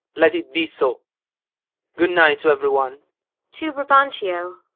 let it be so good night to everyone to brabantio.